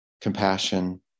compassion